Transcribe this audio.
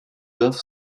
with